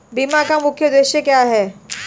बीमा का मुख्य उद्देश्य क्या है?